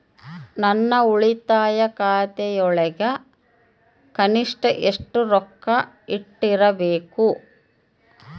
ನನ್ನ ಉಳಿತಾಯ ಖಾತೆಯೊಳಗ ಕನಿಷ್ಟ ಎಷ್ಟು ರೊಕ್ಕ ಇಟ್ಟಿರಬೇಕು?